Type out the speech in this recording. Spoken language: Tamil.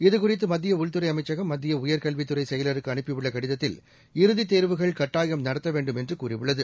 இதுகுறித்து மத்திய உள்துறை அமைச்சகம் மத்திய உயர்கல்வித் துறை செயலருக்கு அனுப்பியுள்ள க்டிதத்தில் இறுதித் தேர்வுகள் கட்டாயம் நடத்த வேண்டும் என்று கூறியுள்ளது